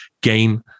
gain